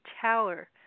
tower